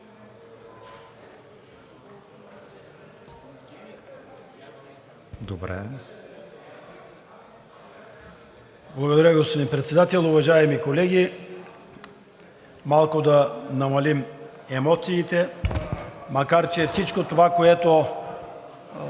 Благодаря, господин Председател. Уважаеми колеги, малко да намалим емоциите, макар че всичко това, което